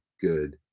good